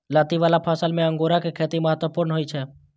लत्ती बला फसल मे अंगूरक खेती महत्वपूर्ण होइ छै